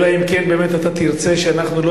אלא אם כן אתה באמת תרצה שאנחנו לא